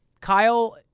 Kyle